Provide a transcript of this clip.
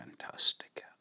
fantastic